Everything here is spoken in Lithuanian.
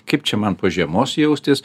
kaip čia man po žiemos jaustis